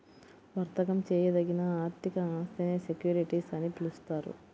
వర్తకం చేయదగిన ఆర్థిక ఆస్తినే సెక్యూరిటీస్ అని పిలుస్తారు